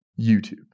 youtube